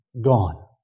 Gone